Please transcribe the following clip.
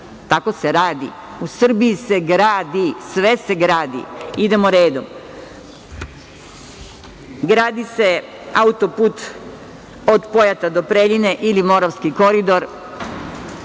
Tako se radi. U Srbiji se gradi. Sve se gradi. Idemo redom. Gradi se autoput od Pojata do Preljine ili Moravski koridor,